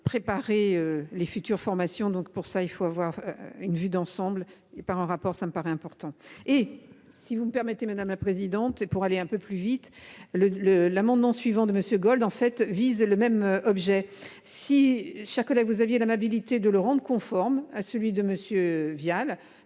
préparer les futures formations donc pour ça il faut avoir une vue d'ensemble et par un rapport. Ça me paraît important et si vous me permettez madame la présidente. Et pour aller un peu plus vite. Le le l'amendement suivant de monsieur Gold en fait vise le même objet. Si chaque là vous aviez l'amabilité de le rendre conforme à celui de monsieur